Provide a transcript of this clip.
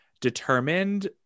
determined